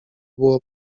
było